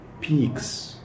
peaks